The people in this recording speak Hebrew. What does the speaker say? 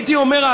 הייתי אומר,